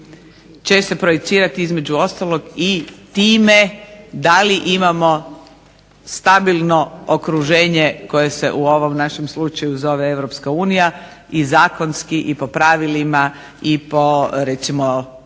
će se proicirati između ostalog i time da li imamo stabilno okruženje koje se u ovom našem slučaju zove Europska unija i zakonski i po pravilima i po recimo